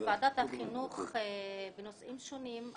בוועדת החינוך בנושאים שונים,